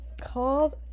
Called